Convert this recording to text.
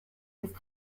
ist